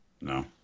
No